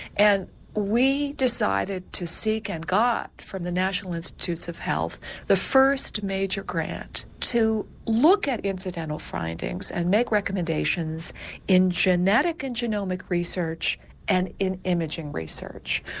and we decided to seek and got from the national institutes of health the first major grant to look at incidental findings and make recommendations in genetic and genomic research and in imaging research.